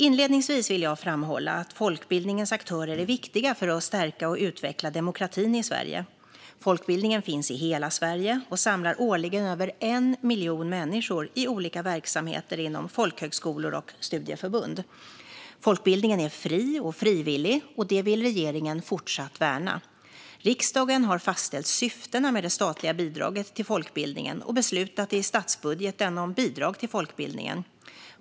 Inledningsvis vill jag framhålla att folkbildningens aktörer är viktiga för att stärka och utveckla demokratin i Sverige. Folkbildningen finns i hela Sverige och samlar årligen över en miljon människor i olika verksamheter inom folkhögskolor och studieförbund. Folkbildningen är fri och frivillig, och det vill regeringen fortsätta värna. Riksdagen har fastställt syftena med det statliga bidraget till folkbildningen och beslutar i statsbudgeten om bidrag till folkbildningen.